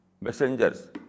messengers